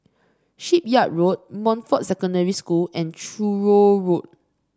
Shipyard Road Montfort Secondary School and Truro Road